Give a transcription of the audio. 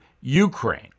Ukraine